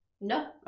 No